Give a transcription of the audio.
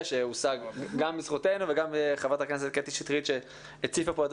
שהושג גם בזכותנו וגם ח"כ קטי שטרית שהציפה פה את